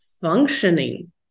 functioning